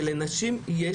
ולנשים יש